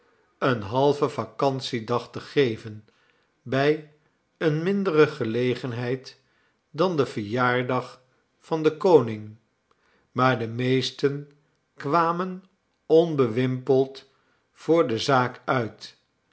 een halven vacantiedag te geven bij eene mindere gelegenheid dan de verjaardag van den koning maar de meesten kwamen onbewimpeld voor de zaak uit